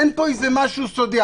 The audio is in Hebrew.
אין פה משהו סודי.